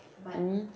mmhmm